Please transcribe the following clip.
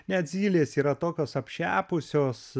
net zylės yra tokios apšepusios